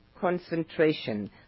concentration